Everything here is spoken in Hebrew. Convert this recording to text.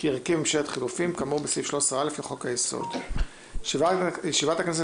כי הרכיב ממשלת חילופים כאמור בסעיף 13א לחוק היסוד: 1. ישיבת הכנסת